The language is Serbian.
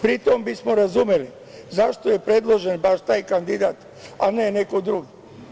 Pri tome bi smo razumeli zašto je predložen baš taj kandidat, a ne neko drugi.